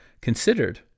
considered